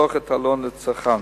לפתוח את העלון לצרכן.